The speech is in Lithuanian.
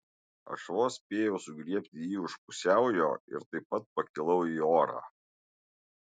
aš vos spėjau sugriebti jį už pusiaujo ir taip pat pakilau į orą